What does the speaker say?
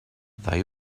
they